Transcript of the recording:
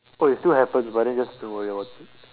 oh it still happens but then just don't worry about it